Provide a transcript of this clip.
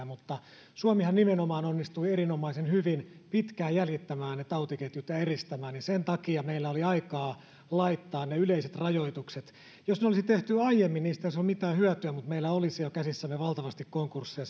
mutta suomihan nimenomaan onnistui erinomaisen hyvin pitkään jäljittämään ne tautiketjut ja eristämään ja sen takia meillä oli aikaa laittaa ne yleiset rajoitukset jos ne olisi tehty aiemmin silloin kun oppositio vaati niistä ei olisi ollut mitään hyötyä mutta meillä olisi jo käsissämme valtavasti konkursseja